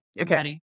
Okay